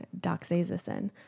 doxazosin